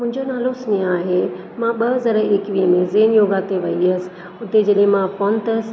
मुंहिंजो नालो स्नेहा आहे मां ॿ हज़ार एकवीह में ज़ेम योगा ते वेई हुयसि हुते जॾहिं मां पहुतसि